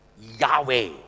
Yahweh